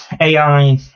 AI